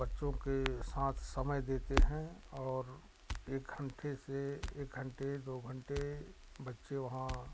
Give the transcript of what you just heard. बच्चों के साथ समय देते हैं और एक घंटे से एक घंटे दो घंटे बच्चे वहाँ